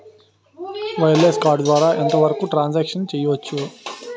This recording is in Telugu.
వైర్లెస్ కార్డ్ ద్వారా ఎంత వరకు ట్రాన్ సాంక్షన్ చేయవచ్చు?